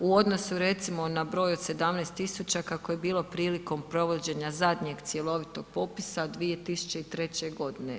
U odnosu recimo na broj od 17 tisuća kako je bilo prilikom provođenja zadnjeg cjelovitog popisa od 2003. godine.